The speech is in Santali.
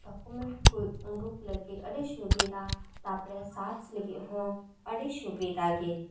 ᱰᱚᱠᱩᱢᱮᱱᱴ ᱠᱚ ᱳᱰᱳᱠ ᱞᱟᱹᱜᱤᱫ ᱟᱹᱰᱤ ᱥᱩᱵᱤᱫᱟ ᱛᱟᱨᱯᱚᱨᱮ ᱥᱟᱨᱪ ᱞᱟᱹᱜᱤᱫ ᱦᱚᱸ ᱟᱹᱰᱤ ᱥᱩᱵᱤᱫᱟ ᱜᱮ